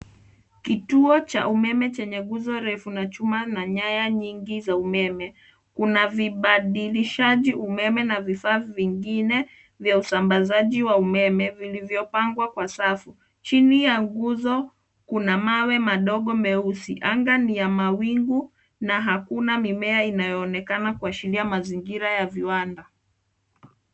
Kituo cha umeme chenye nguzo refu na chuma na nyaya nyingi za umeme, kuna vibadilishaji umeme na vifaa vingine vya usambazaji wa umeme vilivyopangwa kwa safu. Chini ya nguzo, kuna mawe madogo meusi. Anga ni ya mawingu na hakuna mimea inayoonekana kuashiria mazingira ya viwanda.